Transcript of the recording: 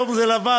היום זה לבן,